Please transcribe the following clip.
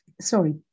Sorry